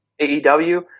AEW